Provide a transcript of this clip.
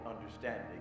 understanding